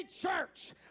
church